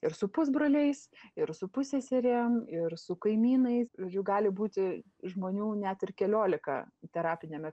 ir su pusbroliais ir su pusseserėm ir su kaimynais žodžiu gali būti žmonių net ir keliolika terapiniame